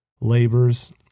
labors